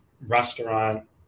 restaurant